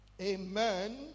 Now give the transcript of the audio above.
Amen